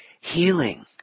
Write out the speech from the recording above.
healing